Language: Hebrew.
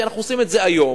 כי אנחנו עושים את זה היום,